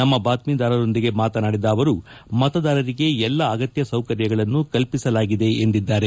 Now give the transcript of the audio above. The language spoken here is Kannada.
ನಮ್ಮ ಬಾತ್ಮೀದಾರರೊಂದಿಗೆ ಮಾತನಾಡಿದ ಅವರು ಮತದಾರರಿಗೆ ಎಲ್ಲ ಅಗತ್ಯ ಸೌಕರ್ಯಗಳನ್ನು ಕಲ್ಪಿಸಲಾಗಿದೆ ಎಂದಿದ್ದಾರೆ